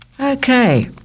Okay